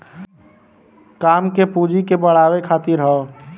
काम के पूँजी के बढ़ावे खातिर हौ